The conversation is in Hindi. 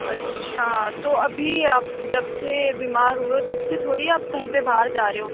अच्छा तो अभी आप जबसे बीमार हुए हो तबसे थोड़ी आप कहीं पे बाहर जा रहे हो